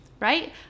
right